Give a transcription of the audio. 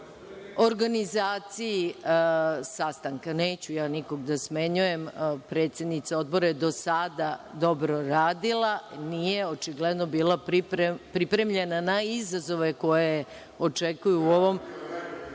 organizaciji sastanka. Neću ja nikog da smenjujem, predsednica Odbora je do sada dobro radila, očigledno nije bila pripremljena na izazove koji je očekuju u ovom